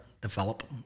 develop